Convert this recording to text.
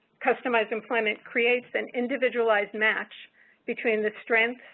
customized employment creates an individualized match between the strengths,